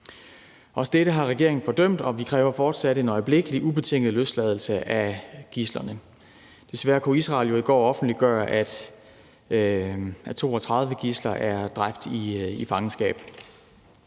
Også dette har regeringen fordømt, og vi kræver fortsat en øjeblikkelig ubetinget løsladelse af gidslerne. Desværre kunne Israel jo i går offentliggøre, at 32 gidsler er dræbt i fangenskab.